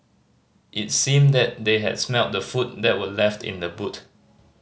it seemed that they had smelt the food that were left in the boot